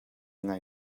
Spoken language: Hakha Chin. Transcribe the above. ngai